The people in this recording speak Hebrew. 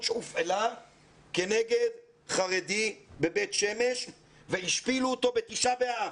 שהופעלה כנגד חרדי בבית שמש והשפילו אותו ב-ט' באב.